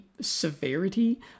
severity